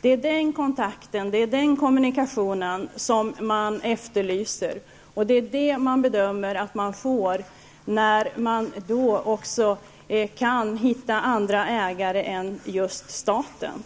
Det är den kontakten och kommunikationen man efterlyser och bedömer att man får när man finner andra ägare än just staten.